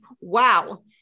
wow